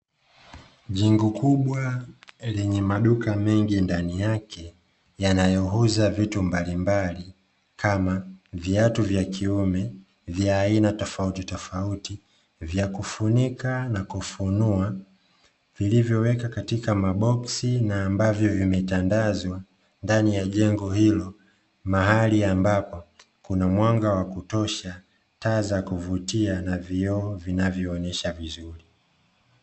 Jengo kubwa lenye maduka mengi ndani yake yanayouza vitu mbalimbali kama viatu vya kiume vya aina tofautitofauti vya kufunika nakufunua, vilivyowekwa katika maboksi na ambavyo vimetandazwa ndani ya jengo hilo, mahali ambapo kuna mwanga wa kutosha taa za kuvutia na vioo vinavyoonyesha vizuri.